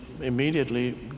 immediately